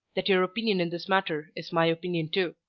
that your opinion in this matter is my opinion too.